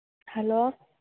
hello